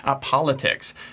politics